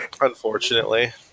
Unfortunately